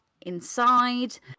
inside